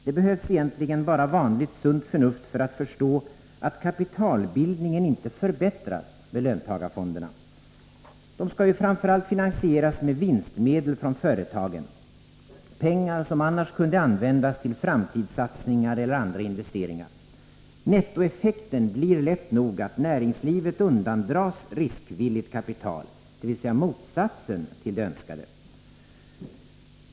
Det behövs egentligen bara vanligt sunt förnuft för att förstå att kapitalbildningen inte förbättras med löntagarfonderna. De skall ju framför allt finansieras med vinstmedel från företagen, pengar som annars kunde användas till framtidssatsningar eller andra investeringar. Nettoeffekten blir lätt nog att näringslivet undandras riskvilligt kapital, dvs. motsatsen till det önskade.